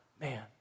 man